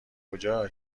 کجا